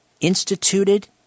instituted